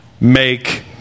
make